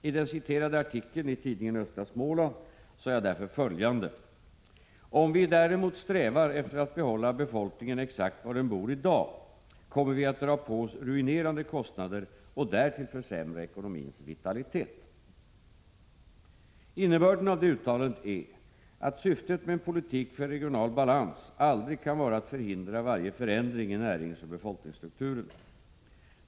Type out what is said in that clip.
I den citerade artikeln i tidningen Östra Småland, sade jag därför följande: ”--- Om vi däremot strävar efter att behålla befolkningen exakt var den bor i dag, kommer vi att dra på oss ruinerande kostnader och därtill försämra ekonomins vitalitet.” Innebörden av detta uttalande är att syftet med en politik för regional balans aldrig kan vara att förhindra varje förändring i näringsoch befolkningsstrukturen.